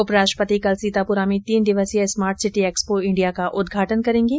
उपराष्ट्रपति कल सीतापुरा में तीन दिवसीय स्मार्ट सिटी एक्सपो इंडिया का उद्घाटन करेंगे